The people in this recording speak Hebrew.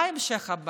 מה ההמשך?